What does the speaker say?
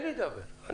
אני